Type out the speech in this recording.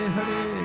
Hare